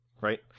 right